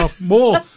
more